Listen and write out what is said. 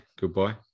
Goodbye